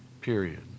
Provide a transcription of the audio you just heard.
period